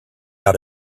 out